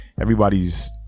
everybody's